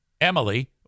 Emily